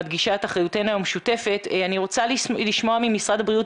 אני רוצה לשמוע ממשרד הבריאות,